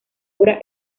obra